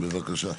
בבקשה.